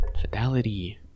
Fidelity